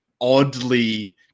oddly